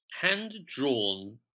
hand-drawn